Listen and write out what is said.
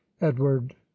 edward